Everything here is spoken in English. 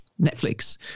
Netflix